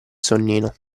sonnino